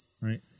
Right